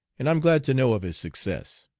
and i'm glad to know of his success.